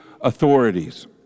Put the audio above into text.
authorities